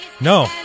no